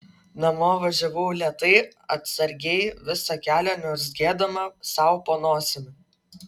namo važiavau lėtai atsargiai visą kelią niurzgėdama sau po nosimi